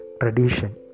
tradition